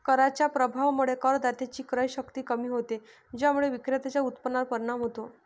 कराच्या प्रभावामुळे करदात्याची क्रयशक्ती कमी होते, ज्यामुळे विक्रेत्याच्या उत्पन्नावर परिणाम होतो